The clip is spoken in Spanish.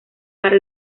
para